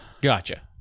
gotcha